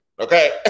Okay